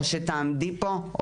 או שתעמדי פה,